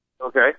Okay